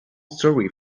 story